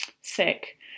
sick